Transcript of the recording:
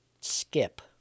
Skip